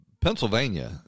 Pennsylvania